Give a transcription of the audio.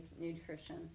nutrition